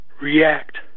react